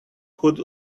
could